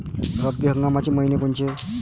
रब्बी हंगामाचे मइने कोनचे?